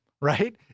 right